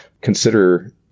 consider